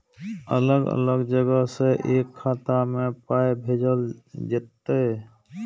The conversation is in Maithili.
अलग अलग जगह से एक खाता मे पाय भैजल जेततै?